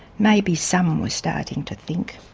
maybe some were starting to think.